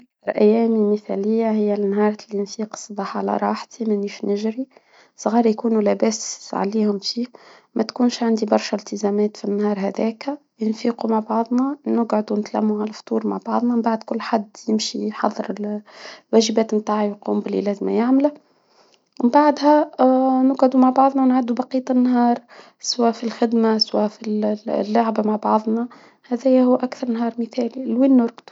أكثر أيامي مثالية هي نهار نفيق الصباح على راحتي، مانيش نجري، صغاري يكونوا لاباس عليهم، شي ما تكونش عندي برشا التزامات في النهار هذاكا، نفيقو مع بعضنا، نقعدو نتلمو على الفطور مع بعضنا، من بعد كل حد يمشي يحضر الوجبات يقوم اللي لازما يعمله، من بعدها نقعد مع بعضنا، نعدو بقية النهار سوا في الخدمة ، سوا في ال اللعب مع بعظنا، هذايا هو أكثر نهار مثالي لوين نرقدو.